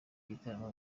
gitaramo